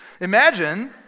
Imagine